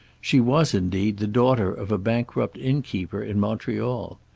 she was, indeed, the daughter of a bankrupt innkeeper in montreal.